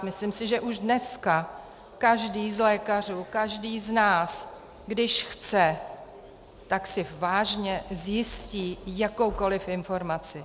Myslím si, že už dneska každý z lékařů, každý z nás, když chce, tak si vážně zjistí jakoukoliv informaci.